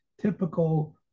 typical